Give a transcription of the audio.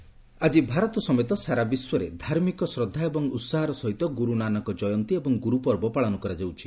ଗୁରୁ ନାନକ ଜୟନ୍ତୀ ଆଜି ଭାରତ ସମେତ ସାରା ବିଶ୍ୱରେ ଧାର୍ମିକ ଶ୍ରଦ୍ଧା ଏବଂ ଉସାହର ସହିତ ଗୁରୁ ନାନକ କୟନ୍ତୀ ଏବଂ ଗୁରୁପର୍ବ ପାଳନ କରାଯାଉଛି